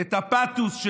את הפתוס: